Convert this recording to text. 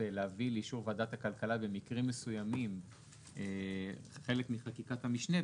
להביא לאישור ועדת הכלכלה במקרים מסוימים חלק מחקיקת המשנה,